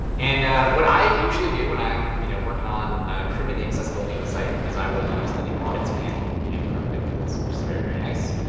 and what i usually do when i'm you know working on improving the accessibility of a site is i will use the new audits panel in chrome dev tools, which is very, very nice.